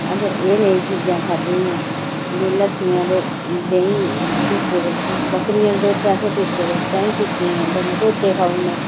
असें एह् नेहि्यां चीज़ां खाद्धी दियां दलसियां ते देहीं दित्ते दे बकरियें दे दुद्ध असें पीते दे चाहीं पीती दियां कन्नै ढोड्डे खाई ओड़ने